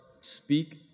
speak